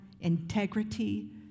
integrity